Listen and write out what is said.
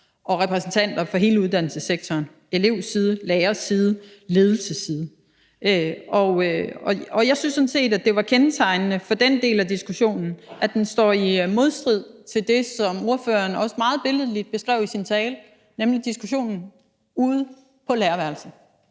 med repræsentanter fra hele uddannelsessektoren: elevside, lærerside og ledelsesside. Jeg synes sådan set, at det, der var kendetegnende for den del af diskussionen, var, at det, de sagde, var i modstrid med det, som ordføreren også meget billedligt beskrev i sin tale. Jeg taler om diskussionen ude på lærerværelserne;